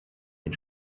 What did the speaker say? den